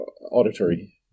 auditory